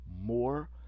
more